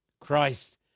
Christ